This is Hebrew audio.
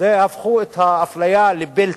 והפכו את האפליה ל-built in.